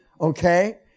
okay